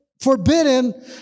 forbidden